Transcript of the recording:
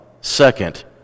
Second